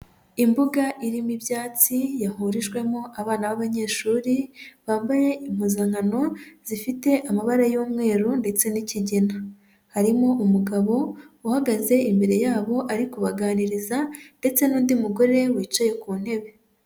Imbuga irimo ibyatsi yahurijwemo abana b'abanyeshuri bambaye impuzankano zifite amabara y'umweru ndetse n'ikigina, harimo umugabo uhagaze imbere yabo ari kubaganiriza ndetse n'undi mugore wicaye ku ntebe.